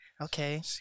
Okay